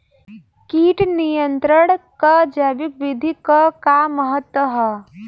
कीट नियंत्रण क जैविक विधि क का महत्व ह?